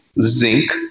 zinc